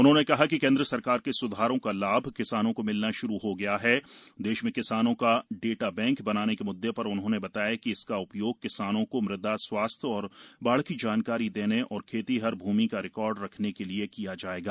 उन्होंने कहा कि केन्द्र सरकार के सुधारों का लाभ किसानों को मिलना शुरू हो गया हण देश में किसानों का डेटा बैंक बनाने के मुददे पर उन्होंने कहा कि इसका उपयोग किसानों को मुदा स्वास्थ्य और बाढ़ की जानकारी देने और खेतिहर भूमि का रिकॉर्ड रखने के लिए किया जाएगा